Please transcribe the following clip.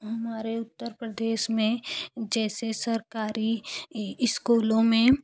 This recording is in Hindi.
हमारे उत्तर प्रदेश में जैसे सरकारी स्कूलों में